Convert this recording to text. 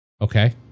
Okay